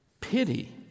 Pity